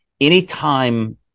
anytime